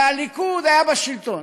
הרי הליכוד היה בשלטון,